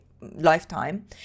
lifetime